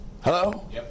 Hello